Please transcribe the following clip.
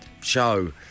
show